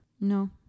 No